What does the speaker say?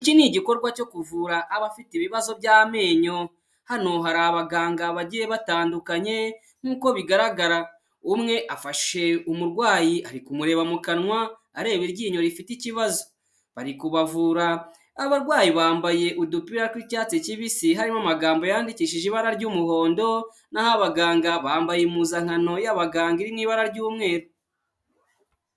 Iki ni igikorwa cyo kuvura abafite ibibazo by'amenyo, hano hari abaganga bagiye batandukanye nk'uko bigaragara, umwe afashe umurwayi ari kumureba mu kanwa areba iryinyo rifite ikibazo, bari kubavura, abarwayi bambaye udupira tw'icyatsi kibisi harimo amagambo yandikishije ibara ry'umuhondo naho abaganga bambaye impuzankano y'abaganga n'ibara ry'umweru.